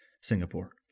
Singapore